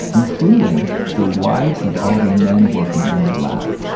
including the wives of all the men working in the lab,